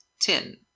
ten